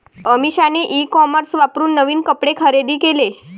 अमिषाने e commerce वापरून नवीन कपडे खरेदी केले